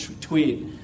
tweet